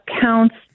counts